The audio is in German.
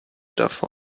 davon